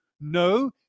no